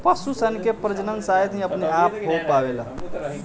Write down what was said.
पशु सन के प्रजनन शायद ही अपने आप हो पावेला